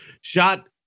shot